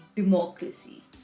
Democracy